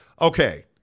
Okay